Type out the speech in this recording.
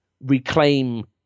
reclaim